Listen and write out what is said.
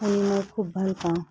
শুনি মই খুব ভাল পাওঁ